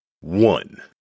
one